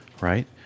Right